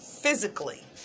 physically